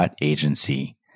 Agency